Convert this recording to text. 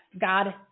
God